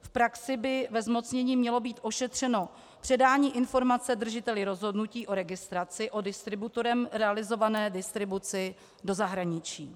V praxi by ve zmocnění mělo být ošetřeno předání informace držiteli rozhodnutí o registraci o distributorem realizované distribuci do zahraničí.